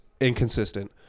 inconsistent